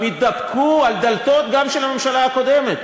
הם התדפקו גם על הדלתות של הממשלה הקודמת,